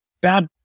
bad